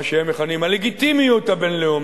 מה שהם מכנים "הלגיטימיות הבין-לאומית",